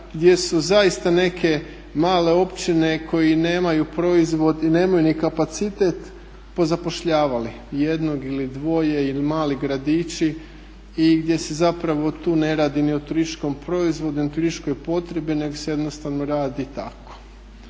gdje su zaista neke male općine koji nemaju proizvod i nemaju kapacitet pozapošljavali jednog ili dvoje ili mali gradići i gdje se tu ne radi ni o turističkom proizvodu, ni o turističkoj potrebi nego se radi tako.